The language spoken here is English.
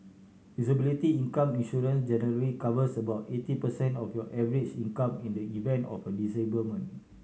disability income insurance generally covers about eighty percent of your average income in the event of a disablement